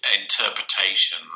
Interpretation